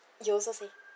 you also say